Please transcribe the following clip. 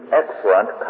excellent